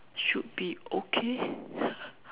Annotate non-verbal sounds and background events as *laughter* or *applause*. should be okay *breath*